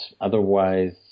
otherwise